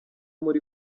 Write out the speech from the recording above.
muri